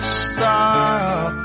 stop